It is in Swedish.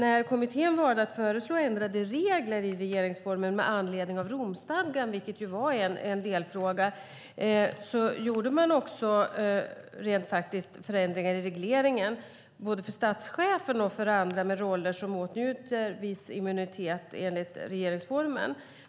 När kommittén valde att föreslå ändrade regler i regeringsformen med anledning av Romstadgan, vilket var en delfråga, gjorde man också rent faktiskt förändringar i regleringen både för statschefen och för andra med roller som åtnjuter viss immunitet enligt regeringsformen.